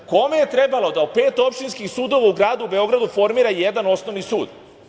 Kome je trebalo da od pet opštinskih sudova u gradu Beogradu formira jedan osnovni sud?